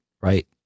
Right